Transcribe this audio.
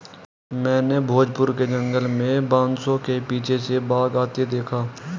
मैंने भोजपुर के जंगल में बांसों के पीछे से बाघ आते देखा